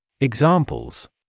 Examples